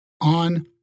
on